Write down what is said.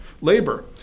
labor